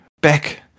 back